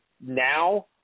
now